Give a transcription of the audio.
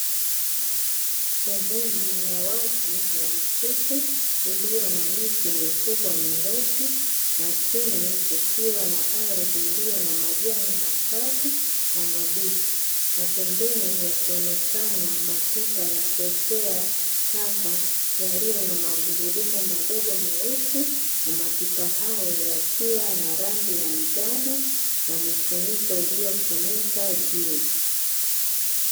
Sehemu ya wazi ya msitu iliyo na miti mikubwa mirefu, na chini kukiwa na ardhi iliyo na majani makavu na mabichi na pembeni yakionekana mapipa ya kuwekea taka, yaliyo na magurudumu madogo meusi na mapipa hayo yakiwa na rangi ya njano na mifuniko iliyofunika juu.